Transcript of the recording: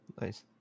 nice